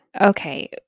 Okay